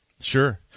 Sure